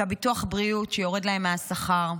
את ביטוח הבריאות, שיורד להן מהשכר.